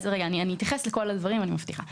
מבטיחה להתייחס לכל הדברים.